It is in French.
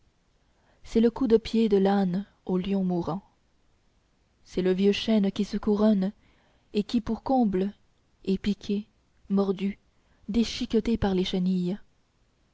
c'est le coup de pied de l'âne au lion mourant c'est le vieux chêne qui se couronne et qui pour comble est piqué mordu déchiqueté par les chenilles